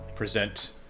present